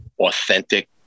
authentic